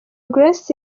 grace